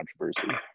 controversy